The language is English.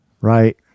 Right